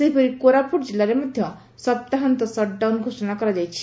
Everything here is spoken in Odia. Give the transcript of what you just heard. ସେହିପରି କୋରାପୁଟ କିଲ୍ଲାରେ ମଧ୍ଧ ସପ୍ତାହନ୍ତ ସଟଡାଉନ ଘୋଷଣା କରାଯାଇଛି